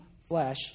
flesh